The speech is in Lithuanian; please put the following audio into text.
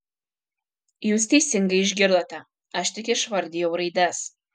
jūs teisingai išgirdote aš tik išvardijau raides